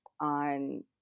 on